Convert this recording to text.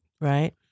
Right